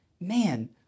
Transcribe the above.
man